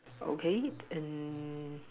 okay and